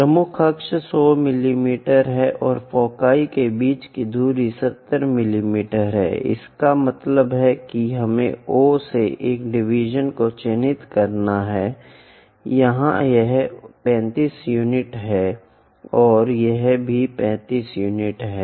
प्रमुख अक्ष 100 मिमी है और फोकी के बीच की दूरी 70 मिमी है इसका मतलब है हमें O से एक डिवीजन को चिन्हित करना है यहाँ यह 35 यूनिट है और यह भी 35 यूनिट है